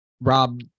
rob